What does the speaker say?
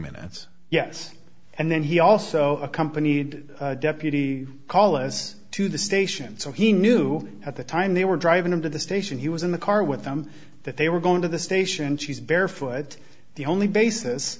minutes yes and then he also accompanied deputy call as to the station so he knew at the time they were driving into the station he was in the car with them that they were going to the station she's very foot the only basis